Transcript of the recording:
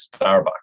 Starbucks